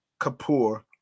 Kapoor